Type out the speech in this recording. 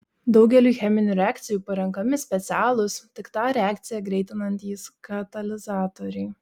daugeliui cheminių reakcijų parenkami specialūs tik tą reakciją greitinantys katalizatoriai